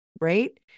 right